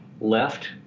left